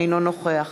אינו נוכח